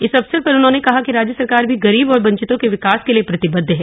इस अवसर पर उन्होंने कहा कि राज्य सरकार भी गरीब और वंचितों के विकास के लिए प्रतिबद्ध है